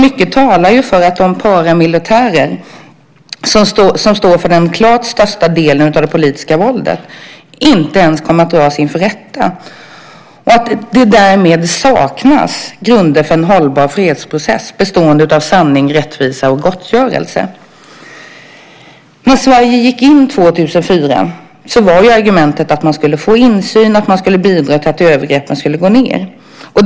Mycket talar för att de paramilitärer som står för den klart största delen av det politiska våldet inte ens kommer att ställas inför rätta, och därmed saknas grunden för en hållbar fredsprocess bestående av sanning, rättvisa och gottgörelse. När Sverige 2004 gick in i detta var argumentet att man skulle få insyn och kunna bidra till att övergreppen minskade.